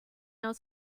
out